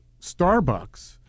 Starbucks—